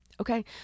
Okay